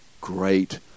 great